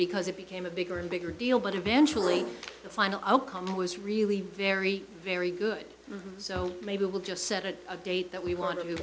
because it became a bigger and bigger deal but eventually the final outcome was really very very good so maybe we'll just set a date that we want to